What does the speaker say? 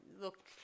look